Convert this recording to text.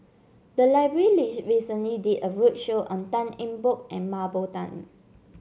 the library recently did a roadshow on Tan Eng Bock and Mah Bow Tan